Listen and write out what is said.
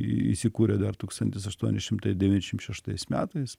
įsikūrė dar tūkstantis aštuoni šimtai devyniasdešim šeštais metais